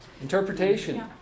interpretation